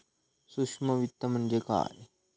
सूक्ष्म वित्त म्हणजे काय?